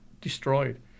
destroyed